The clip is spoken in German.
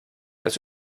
das